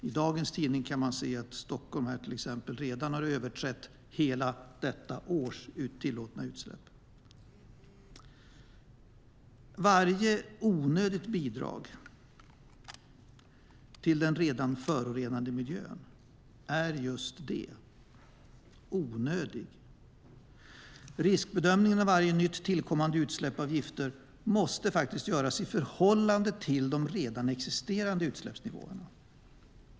I dagens tidning kan man läsa att Stockholm redan har överträtt hela detta års tillåtna utsläpp. Varje onödigt bidrag till den redan förorenade miljön är just onödigt. Riskbedömningen av varje tillkommande utsläpp av gifter måste göras i förhållande till de redan existerande utsläppsnivåerna.